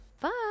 Bye